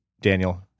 Daniel